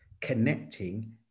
connecting